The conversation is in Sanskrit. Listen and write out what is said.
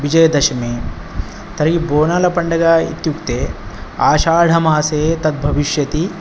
विजयदशमी तर्हि बोनालपण्डगा इत्युक्ते आषाढमासे तद् भविष्यति